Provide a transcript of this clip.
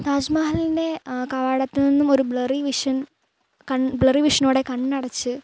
താജ്മഹലിൻ്റെ കവാടത്തിൽ നിന്ന് ഒരു ബ്ലെറി വിഷൻ കൺ ബ്ലെറി വിഷനോടെ കണ്ണടച്ച്